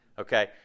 okay